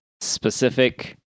specific